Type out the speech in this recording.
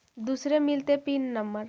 दुसरे मिलतै pin number?